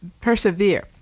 persevere